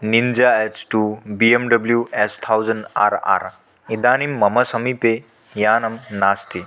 Ninja H two BMW S thousand R R इदानीं मम समीपे यानं नास्ति